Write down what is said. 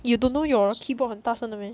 you don't know your keyboard 很大声的 meh